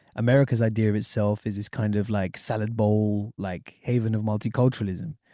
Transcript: america's idea of itself is is kind of like salad bowl like haven of multiculturalism.